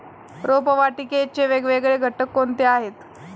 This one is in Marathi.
रोपवाटिकेचे वेगवेगळे घटक कोणते आहेत?